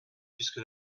puisque